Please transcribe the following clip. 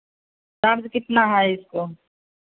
charge कितना है इसको